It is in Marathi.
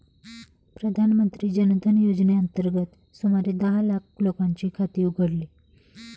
प्रधानमंत्री जन धन योजनेअंतर्गत सुमारे दहा लाख लोकांची खाती उघडली